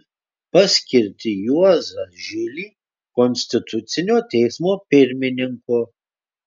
paskirti juozą žilį konstitucinio teismo pirmininku